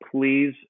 please